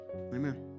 Amen